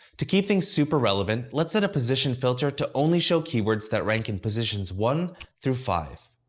to keep things super-relevant, let's set a position filter to only show keywords that rank in positions one through five.